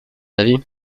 avis